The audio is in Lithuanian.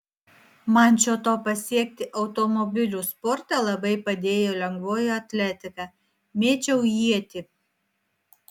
man šio to pasiekti automobilių sporte labai padėjo lengvoji atletika mėčiau ietį